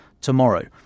tomorrow